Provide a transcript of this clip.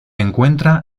encuentra